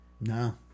No